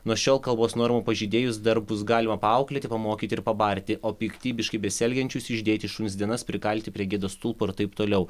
nuo šiol kalbos normų pažeidėjus dar bus galima paauklėti pamokyti ir pabarti o piktybiškai besielgiančius išdėti į šuns dienas prikalti prie gėdos stulpo ir taip toliau